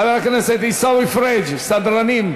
חבר הכנסת עיסאווי פריג' סדרנים,